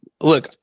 look